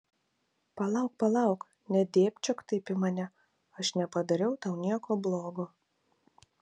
palauk palauk nedėbčiok taip į mane aš nepadariau tau nieko blogo